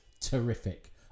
terrific